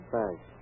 Thanks